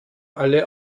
alle